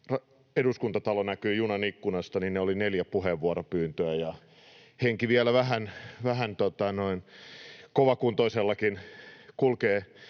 Eduskuntatalo näkyi junan ikkunasta, oli neljä puheenvuoropyyntöä. Henki vielä kovakuntoisellakin kulkee